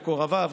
מקורביו,